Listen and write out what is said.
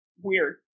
weird